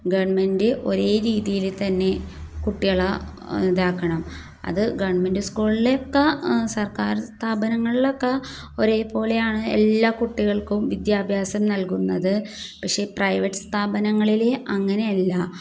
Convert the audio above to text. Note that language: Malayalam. ഗവൺമെൻ്റ് ഒരേ രീതിയിൽ തന്നെ കുട്ടികളെ ഇതാക്കണം അത് ഗവൺമെൻ്റ് സ്കൂളിലൊക്കെ സർക്കാർ സ്ഥാപനങ്ങളിലൊക്കെ ഒരേപോലെയാണ് എല്ലാ കുട്ടികൾക്കും വിദ്യാഭ്യാസം നൽകുന്നത് പക്ഷേ പ്രൈവറ്റ് സ്ഥാപനങ്ങളിൽ അങ്ങനെയല്ല